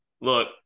look